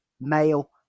male